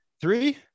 three